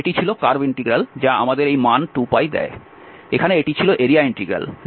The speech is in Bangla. সুতরাং এটি ছিল কার্ভ ইন্টিগ্রাল যা আমাদের এই মান 2π দেয় এখানে এটি ছিল এরিয়া ইন্টিগ্রাল যা আমাদের 2π মান দেয়